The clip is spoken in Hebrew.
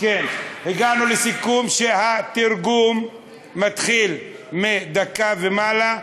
הגענו לסיכום שהתרגום מתחיל מדקה ומעלה,